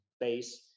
base